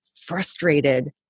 frustrated